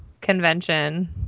convention